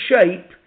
shape